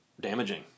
damaging